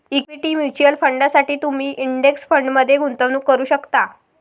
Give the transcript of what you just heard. equity mutual फंडांसाठी तुम्ही index फंडमध्ये गुंतवणूक करू शकता